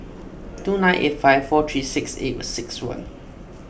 two nine eight five four three six eight six one